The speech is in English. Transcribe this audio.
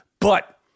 But-